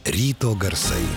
ryto garsai